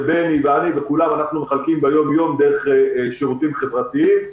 שבני ביטון ואני וכולם מחלקים ביום-יום דרך השירותים החברתיים.